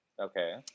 Okay